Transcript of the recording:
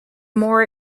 more